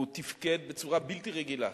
הוא תפקד בצורה בלתי רגילה,